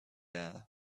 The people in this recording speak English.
air